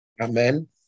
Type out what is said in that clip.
Amen